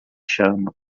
chama